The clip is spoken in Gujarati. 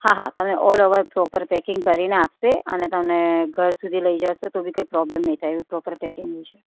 હા હા તમે ઓલ ઓવર પ્રોપર પેકિંગ આપશે અને તમને ઘર સુધી લઈ જશો તો બી કંઈ પ્રોબ્લેમ નહીં થાય એ પ્રોપર પેકિંગ હશે